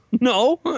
no